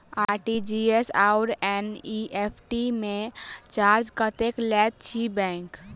RTGS आओर NEFT मे charge कतेक लैत अछि बैंक?